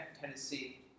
Tennessee